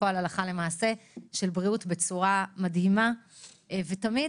בפועל הלכה למעשה בצורה מדהימה ותמיד,